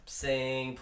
sing